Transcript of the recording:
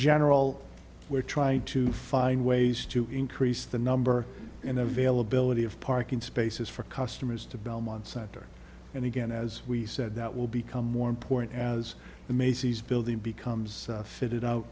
general we're trying to find ways to increase the number and availability of parking spaces for customers to belmont center and again as we said that will become more important as the macy's building becomes fitted out